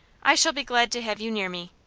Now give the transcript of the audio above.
i shall be glad to have you near me.